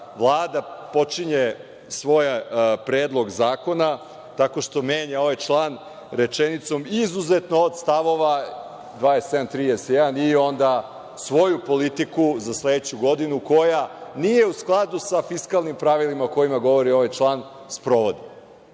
Vlada počinje svoj predlog zakona tako što menja ovaj član rečenicom, izuzetno od stavova 27, 31, i onda svoju politiku za sledeću godinu, koja nije u skladu sa fiskalnim pravilima o kojima govori ovaj član, sprovodi.I